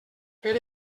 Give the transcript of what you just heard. fer